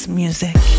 music